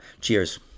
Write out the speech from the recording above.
Cheers